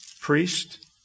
priest